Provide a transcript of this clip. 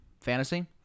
fantasy